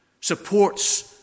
supports